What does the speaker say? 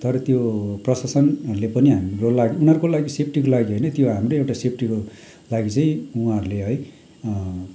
तर त्यो प्रशासनहरूले पनि हाम्रो लागि उनीहरूको लागि सेफ्टीको लागि होइन त्यो हाम्रै एउटा सेफ्टीको लागि चाहिँ उहाँहरूले है